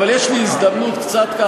אבל יש לי הזדמנות קצת,